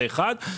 שנית,